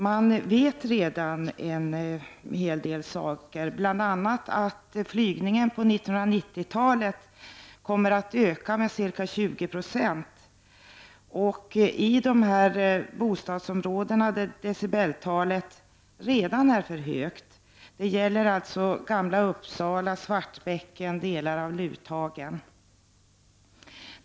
Man vet redan en hel del, bl.a. att flygverksamheten på 1990-talet kommer att öka med ca 20 20 vid dessa bostadsområden, där decibeltalet redan är för högt. Det gäller alltså Gamla Uppsala, Svartbäcken och delar av Luthagen.